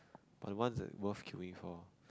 but the ones that are worth queueing for